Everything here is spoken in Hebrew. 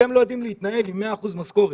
אתם לא יודעים להתנהל עם מאה אחוז משכורת,